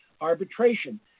arbitration